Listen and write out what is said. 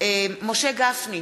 משה גפני,